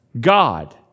God